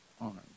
arm